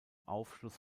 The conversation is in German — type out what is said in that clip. aufschluss